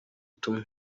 tumwe